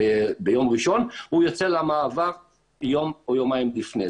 הוא יוצא למעבר יום או יומיים לפני,